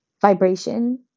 vibration